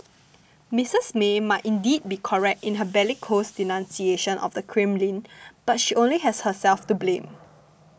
Missus May might indeed be correct in her bellicose denunciation of the Kremlin but she only has herself to blame